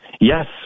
Yes